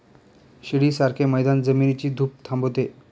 शिडीसारखे मैदान जमिनीची धूप थांबवते